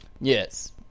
yes